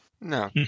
No